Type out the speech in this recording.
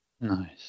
Nice